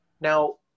Now